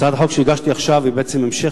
הצעת החוק שהגשתי עכשיו היא בעצם המשך